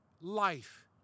life